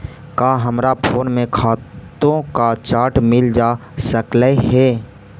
का हमरा फोन में खातों का चार्ट मिल जा सकलई हे